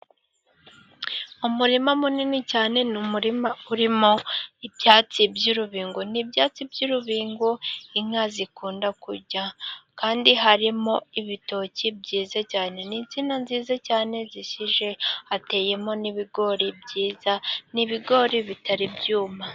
Umurima munini cyane, n'umurima urimo ibyatsi by'urubingo n'ibyatsi, by'urubingo inka zikunda kurya kandi harimo ibitoki byiza cyane n'insina nziza cyane zishishe, hateyemo n'ibigori byiza n'ibigori bitari byuma.